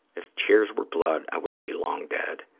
if tears were blood, i would be long dead.